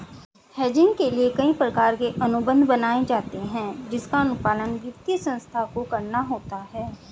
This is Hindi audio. हेजिंग के लिए कई प्रकार के अनुबंध बनाए जाते हैं जिसका अनुपालन वित्तीय संस्थाओं को करना होता है